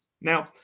Now